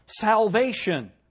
salvation